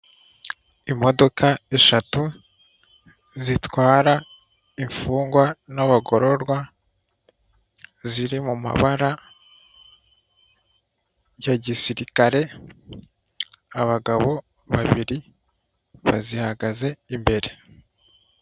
Imodoka eshatu zitwara imfungwa n'abagororwa ziri mu mabara ya gisirikare abagabo babiri bazihagaze imbere.